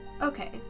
Okay